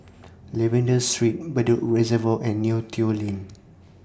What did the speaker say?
Lavender Street Bedok Reservoir and Neo Tiew Lane